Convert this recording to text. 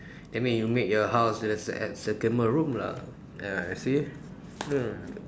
that mean you make your house as as entertainment room lah ah I see mm